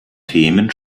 themen